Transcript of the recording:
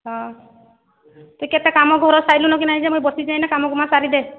ହଁ ତୁଇ କେତେ କାମ ଘର ସାଇଲୁନ କି ନାଇଁ ଯେ ମୁଁ ବସିଚେଁ ଇନେ କାମକୁମା ସାରିଦେ